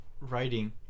writing